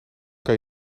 kan